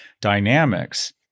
dynamics